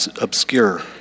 obscure